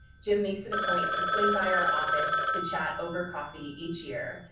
jim makes it a point to swing by our office to chat over coffee each year.